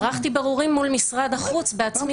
לאחר מכן ערכתי בירורים מול משרד החוץ והסתבר